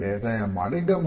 ದಯಮಾಡಿ ಗಮನಿಸಿ